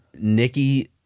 Nikki